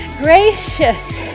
Gracious